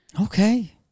Okay